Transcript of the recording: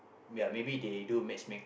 ya maybe they do matchmake